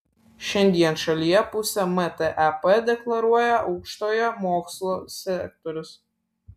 šiandien šalyje pusę mtep deklaruoja aukštojo mokslo sektorius